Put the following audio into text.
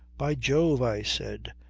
by jove! i said.